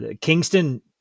Kingston